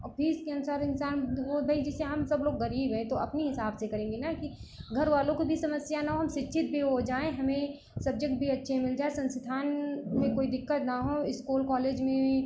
और फ़ीस के अनुसार इंसान तो वह भई जैसे हम सब लोग गरीब हैं तो अपने हिसाब से करेंगे न कि घरवालों को भी समस्या न हो हम शिक्षित भी हो जाएँ हमें सब्जेक्ट भी अच्छे मिल जाए संस्थान में कोई दिक्कत न हो इस्कूल कॉलेज में